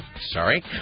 sorry